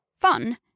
fun